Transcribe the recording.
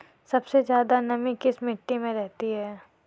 सबसे ज्यादा नमी किस मिट्टी में रहती है?